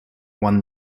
won